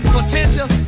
potential